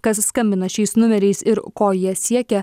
kas skambina šiais numeriais ir ko jie siekia